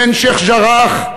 בין שיח'-ג'ראח,